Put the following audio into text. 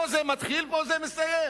פה זה מתחיל ופה זה מסתיים.